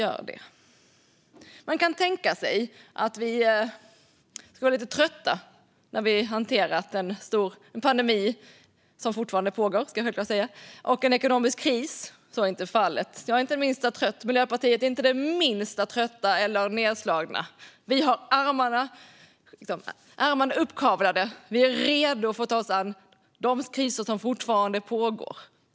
Vi skulle kunna vara lite trötta efter att vi har hanterat en pandemi, som fortfarande pågår, och en ekonomisk kris. Så är inte fallet. Jag är inte det minsta trött, och Miljöpartiet är inte det minsta trött eller nedslaget. Vi har ärmarna uppkavlade, och vi är redo att ta oss an de kriser som fortfarande pågår.